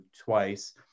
twice